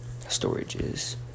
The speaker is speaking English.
storages